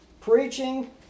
preaching